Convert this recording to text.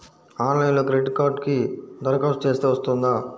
ఆన్లైన్లో క్రెడిట్ కార్డ్కి దరఖాస్తు చేస్తే వస్తుందా?